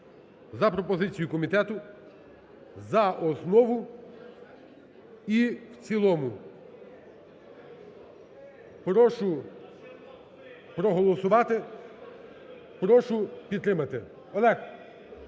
за пропозицією комітету за основу і в цілому. Прошу проголосувати. Прошу підтримати. Олег!